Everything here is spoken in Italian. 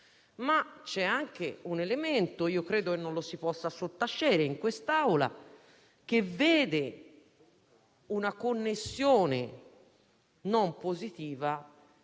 ma c'è anche un elemento, che non si può sottacere in quest'Aula, che vede una connessione non positiva